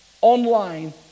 online